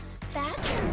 fat